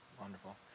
Wonderful